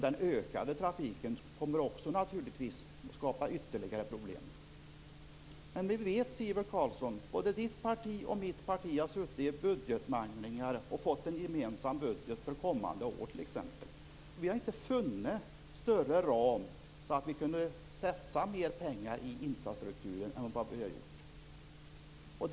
Den ökande trafiken kommer naturligtvis också att skapa ytterligare problem. Både Sivert Carlssons och mitt parti har suttit i budgetmanglingar och fått till en gemensam budget för kommande år. Vi har inte funnit någon större ram så att vi har kunnat satsa mer pengar på infrastrukturen än vad som gjorts.